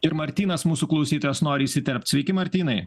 ir martynas mūsų klausytojas nori įsiterpt sveiki martynai